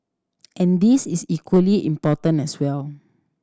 and this is equally important as well